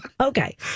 Okay